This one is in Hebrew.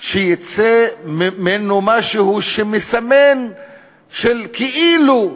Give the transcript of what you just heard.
שיצא ממנו משהו שמסמן שכאילו,